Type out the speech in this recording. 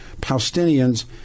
Palestinians